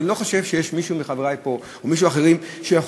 אני לא חושב שיש מישהו מחברי פה או מישהו מאחרים שיכול